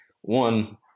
one